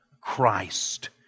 Christ